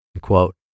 Quote